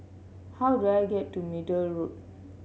how do I get to Middle Road